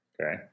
Okay